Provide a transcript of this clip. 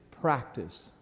practice